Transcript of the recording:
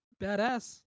badass